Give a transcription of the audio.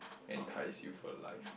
entice you for life